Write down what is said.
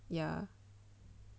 ya